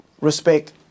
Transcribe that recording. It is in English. respect